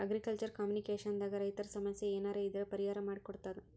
agriculture communication ದಾಗ್ ರೈತರ್ ಸಮಸ್ಯ ಏನರೇ ಇದ್ರ್ ಪರಿಹಾರ್ ಮಾಡ್ ಕೊಡ್ತದ್